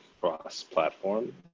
cross-platform